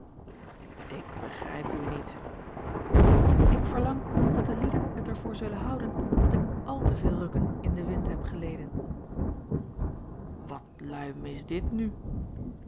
ik begrijp u niet ik verlang dat de lieden het er voor zullen houden dat ik àl te veel rukken in den wind heb geleden wat luim is dit nu